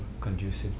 conducive